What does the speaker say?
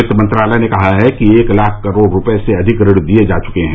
वित्त मंत्रालय ने कहा है कि एक लाख करोड़ रूपये से अधिक ऋण दिये जा चुके हैं